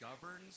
governs